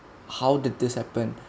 how did this happen